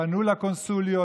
פנו לקונסוליות,